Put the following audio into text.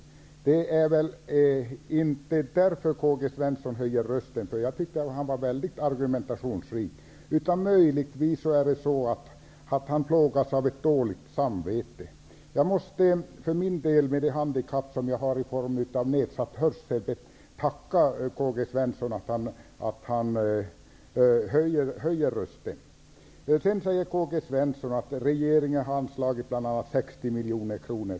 Men det är väl inte därför som K-G Svenson höjer rösten -- jag tycker att han var väldigt argumentationsrik. Möjligtvis plågas han av ett dåligt samvete. För min del, med det handikapp i form av nedsatt hörsel som jag har, vill jag tacka K-G Svenson för att han höjer rösten. K-G Svenson sade att regeringen har anslagit 60 miljoner kronor.